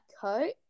coat